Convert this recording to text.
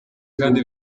kandi